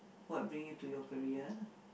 what bring you to your career